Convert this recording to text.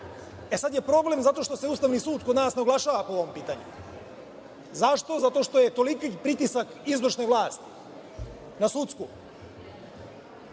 je problem zato što se Ustavni sud, kod nas, ne oglašava po ovom pitanju. Zašto? Zato što je toliki pritisak izvršne vlasti na sudsku,